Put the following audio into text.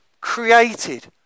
created